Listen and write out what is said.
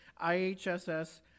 IHSS